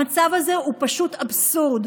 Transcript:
המצב הזה הוא פשוט אבסורד,